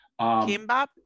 Kimbap